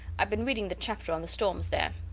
ive been reading the chapter on the storms there.